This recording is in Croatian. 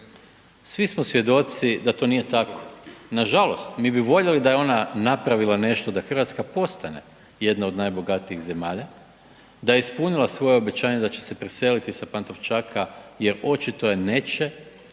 Svi smo svjedoci da to nije tako. Nažalost, mi bi voljeli da je ona napravila nešto da Hrvatska postane jedna od najbogatijih zemalja, da je ispunila svoje obećanje da će se preseliti sa Pantovčaka jer očito je neće